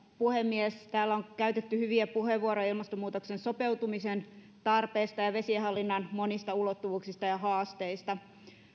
puhemies täällä on käytetty hyviä puheenvuoroja ilmastonmuutokseen sopeutumisen tarpeesta ja vesienhallinnan monista ulottuvuuksista ja haasteista